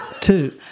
Two